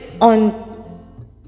on